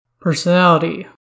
Personality